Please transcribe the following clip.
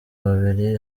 babiri